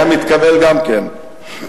היה מתקבל גם כן.